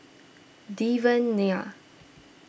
Devan Nair